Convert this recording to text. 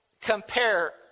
compare